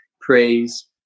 praise